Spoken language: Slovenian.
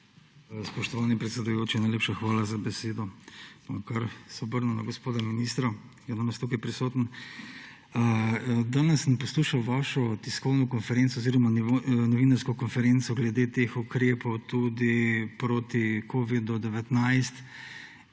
Spoštovani predsedujoči, najlepša hvala za besedo. Se bom kar obrnil na gospoda ministra, ki je danes tukaj prisoten. Danes sem poslušal vašo tiskovno konferenco oziroma novinarsko konferenco glede teh ukrepov tudi proti covidu-19